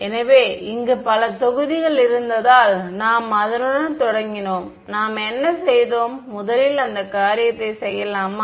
எனவே இங்கு பல தொகுதிகள் இருந்ததால் நாம் அதனுடன் தொடங்கினோம் நாம் என்ன செய்தோம் முதலில் அந்த காரியத்தைச் செய்யலாமா